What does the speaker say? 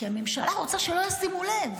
כי הממשלה רוצה שלא ישימו לב.